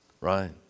right